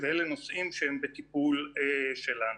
אלה נושאים שהם בטיפול שלנו.